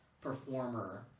performer